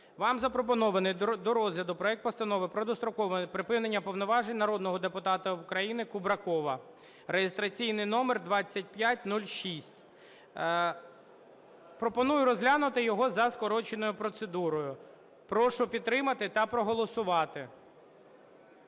Вам запропонований до розгляду проект Постанови про дострокове припинення повноважень народного депутата України Кубракова (реєстраційний номер 2506). Пропоную розглянути його за скороченою процедурою. Прошу підтримати та проголосувати.